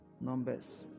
Numbers